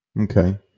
Okay